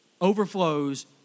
overflows